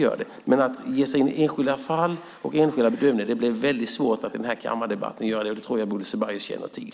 Men det blir väldigt svårt att i den här kammardebatten ge sig in på enskilda fall och enskilda bedömningar, och det tror jag att Bodil Ceballos känner till.